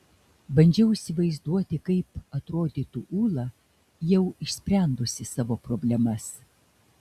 bandžiau įsivaizduoti kaip atrodytų ūla jau išsprendusi savo problemas